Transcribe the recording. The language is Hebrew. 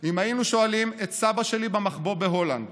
אם היינו שואלים את סבא שלי במחבוא בהולנד